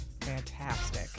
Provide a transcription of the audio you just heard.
fantastic